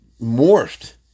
morphed